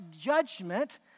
judgment